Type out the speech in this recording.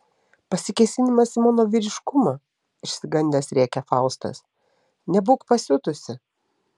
pasikėsinimas į mano vyriškumą išsigandęs rėkia faustas nebūk pasiutusi